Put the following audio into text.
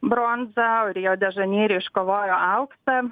bronzą rio de žaneire iškovojo auksą